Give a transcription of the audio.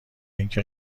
اینکه